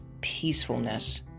peacefulness